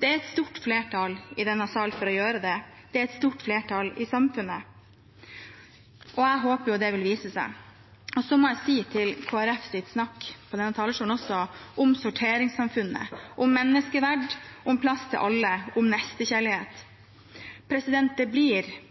Det er et stort flertall i denne salen for å gjøre det. Det er et stort flertall i samfunnet, og jeg håper det vil vise seg. Så må jeg si, til Kristelig Folkepartis snakk fra denne talerstolen om sorteringssamfunnet, om menneskeverd, om plass til alle, om nestekjærlighet: Det blir bare ord, men det blir